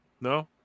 No